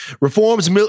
Reforms